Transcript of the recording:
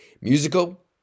musical